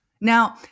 Now